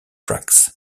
tracks